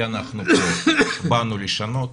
כי אנחנו פה באנו לשנות.